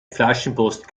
flaschenpost